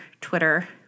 Twitter